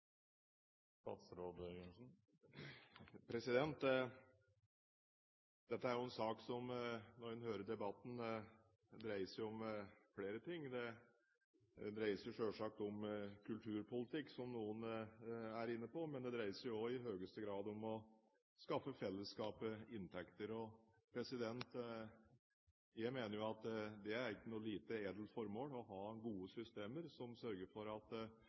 jo en sak som, når en hører debatten, dreier seg om flere ting. Det dreier seg selvsagt om kulturpolitikk, som noen er inne på. Men det dreier seg også i høyeste grad om å skaffe fellesskapet inntekter, og jeg mener at det ikke er noe lite edelt formål å ha gode systemer som sørger for at